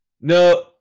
No